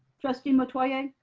trustee metoyer.